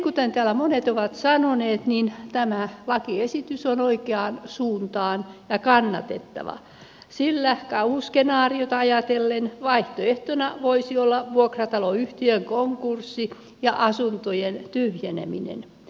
kuten täällä monet ovat sanoneet niin tämä lakiesitys on oikeaan suuntaan ja kannatettava sillä kauhuskenaariota ajatellen vaihtoehtona voisi olla vuokrataloyhtiön konkurssi ja asuntojen tyhjeneminen